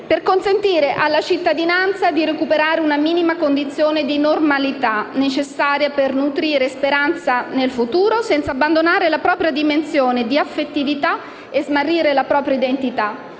per consentire alla cittadinanza di recuperare una minima condizione di normalità, necessaria per nutrire speranza nel futuro senza abbandonare la propria dimensione di affettività e smarrire la propria identità.